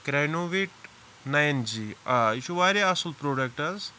کرینوویٹ نَیِن جی آ یہِ چھُ واریاہ اَصٕل پروڈَکٹ حظ